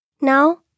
Now